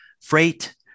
freight